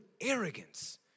arrogance